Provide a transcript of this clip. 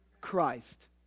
Christ